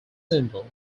symbol